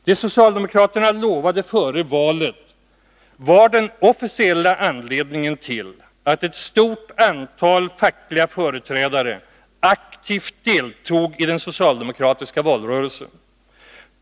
Det socialdemokraterna lovade före valet .var den officiella anledningen till att ett stort antal fackliga företrädare aktivt deltog i den socialdemokratiska valrörelsen.